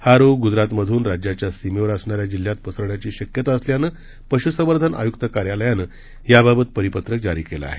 हा रोग गुजरातमधून राज्याच्या सीमेवर असणाऱ्या जिल्ह्यात पसरण्याची शक्यता असल्यानं पशुसंवर्धन आयुक्त कार्यालयानं याबाबत परिपत्रक जारी केलं आहे